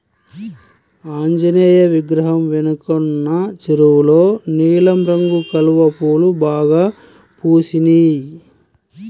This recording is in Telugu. ఆంజనేయ విగ్రహం వెనకున్న చెరువులో నీలం రంగు కలువ పూలు బాగా పూసినియ్